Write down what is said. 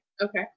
okay